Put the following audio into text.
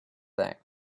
thing